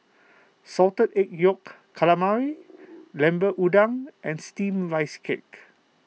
Salted Egg Yolk Calamari Lemper Udang and Steamed Rice Cake